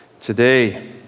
today